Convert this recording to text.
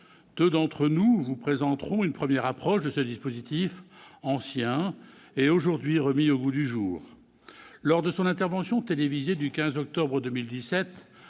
Dany Wattebled, je vous présenterai une première approche de ce dispositif ancien, aujourd'hui remis au goût du jour. Lors de son intervention télévisée du 15 octobre 2017,